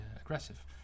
aggressive